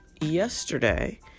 yesterday